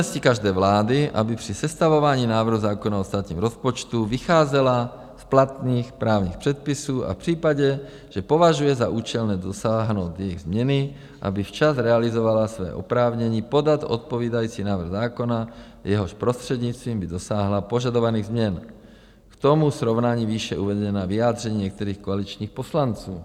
Je zodpovědností každé vlády, aby při sestavování návrhu zákona o státním rozpočtu vycházela z platných právních předpisů a v případě, že považuje za účelné dosáhnout jejich změny, aby včas realizovala své oprávnění podat odpovídající návrh zákona, jehož prostřednictvím by dosáhla požadovaných změn, k tomu srovnej výše uvedená vyjádření některých koaličních poslanců.